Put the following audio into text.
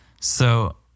So-